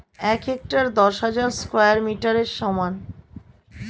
এক হেক্টার দশ হাজার স্কয়ার মিটারের সমান